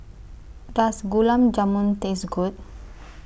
Does Gulab Jamun Taste Good